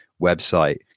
website